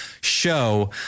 show